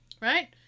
right